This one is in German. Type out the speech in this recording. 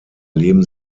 leben